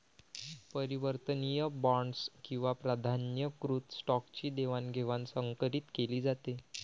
परिवर्तनीय बॉण्ड्स किंवा प्राधान्यकृत स्टॉकची देवाणघेवाण संकरीत केली जाते